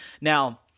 Now